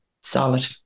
solid